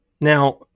Now